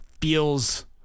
feels